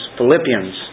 Philippians